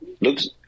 looks